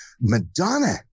Madonna